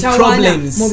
problems